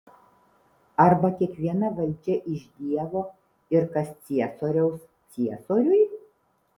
arba kiekviena valdžia iš dievo ir kas ciesoriaus ciesoriui